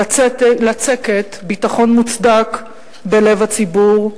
לצקת ביטחון מוצדק בלב הציבור,